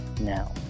now